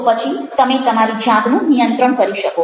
તો પછી તમે તમારી જાતનું નિયંત્રણ કરી શકો